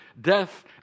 death